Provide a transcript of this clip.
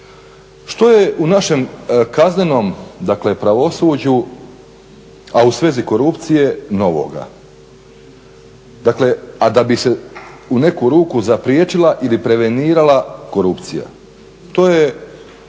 Što je u našem kaznenom pravosuđu, a u svezi korupcije novoga a da bi se u neku ruku zapriječila ili prevenirala korupcija? To je